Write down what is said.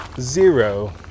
Zero